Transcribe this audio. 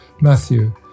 Matthew